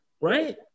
right